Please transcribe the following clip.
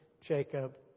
Jacob